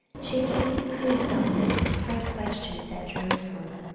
she came to prove solomon with hard questions at jerusalem,